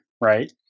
right